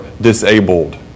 disabled